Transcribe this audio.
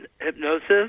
hypnosis